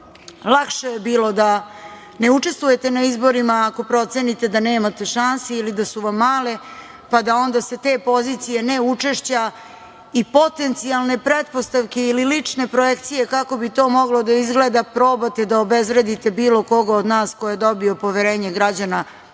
lakše bi bilo da ne učestvujete na izborima ako procenite da nemate šanse ili da su vam male, pa da onda sa te pozicije neučešća i potencijalne pretpostavke ili lične projekcije kako bi to moglo da izgleda, probate da obezvredite bilo koga od nas ko je dobio poverenje građana.